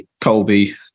Colby